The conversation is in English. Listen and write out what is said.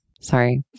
Sorry